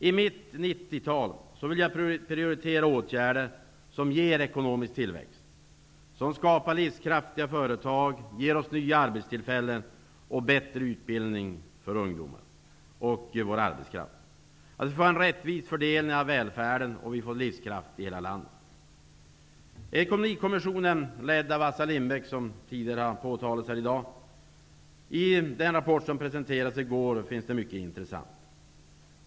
I mitt 90-tal vill jag prioritera åtgärder som ger ekonomisk tillväxt, skapar livskraftiga företag, ger nya arbetstillfällen, bättre utbildning för ungdomar och vår arbetskraft, en rättvis fördelning av välfärden och livskraft i hela landet. Ekonomikommissionen, ledd av Assar Lindbeck och som tidigare har påtalats här i dag, presenterade i går en rapport med mycket intressant innehåll.